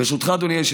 אבל הינה,